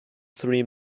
three